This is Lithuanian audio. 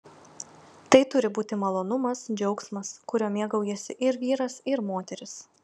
tai turi būti malonumas džiaugsmas kuriuo mėgaujasi ir vyras ir moteris